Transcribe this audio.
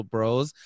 Bros